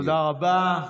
תודה רבה.